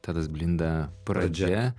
tadas blinda pradžia